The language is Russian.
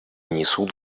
несут